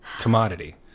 commodity